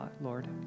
Lord